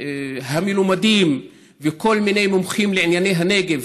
והמלומדים וכל מיני מומחים לענייני הנגב,